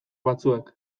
batzuek